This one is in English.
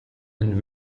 and